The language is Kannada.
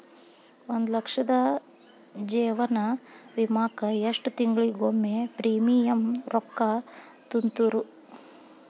ಒಂದ್ ಲಕ್ಷದ ಜೇವನ ವಿಮಾಕ್ಕ ಎಷ್ಟ ತಿಂಗಳಿಗೊಮ್ಮೆ ಪ್ರೇಮಿಯಂ ರೊಕ್ಕಾ ತುಂತುರು?